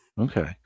Okay